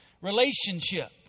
relationship